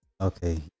Okay